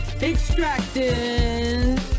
Extracting